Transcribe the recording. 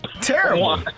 Terrible